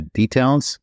details